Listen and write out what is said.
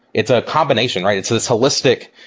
it's a combination, right? it's this holistic,